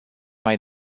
mai